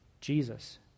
jesus